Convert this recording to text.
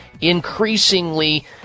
increasingly